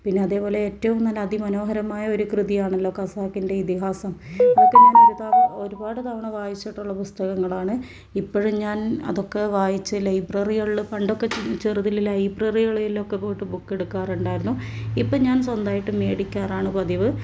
പിന്നെ അതേപോലെ ഏറ്റവും നല്ല അതിമനോഹരമായ ഒരു കൃതിയാണല്ലൊ ഖസാക്കിൻ്റെ ഇതിഹാസം അതൊക്കെ ഞാൻ ഒരുപാട് ഒരുപാട് തവണ വായിച്ചിട്ടുള്ള പുസ്തകങ്ങളാണ് ഇപ്പോഴും ഞാൻ അതൊക്കെ വായിച്ചു ലൈബ്രറികളിൽ പണ്ടൊക്കെ ചെറുതിൽ ലൈബ്രറികളിലൊക്കെ പോയിട്ട് ബുക്ക് എടുക്കാറുണ്ടായിരുന്നു ഇപ്പോൾ ഞാൻ സ്വന്തമായിട്ട് മേടിക്കാറാണ് പതിവ്